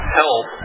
help